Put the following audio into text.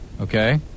Okay